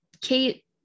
Kate